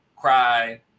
cry